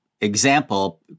example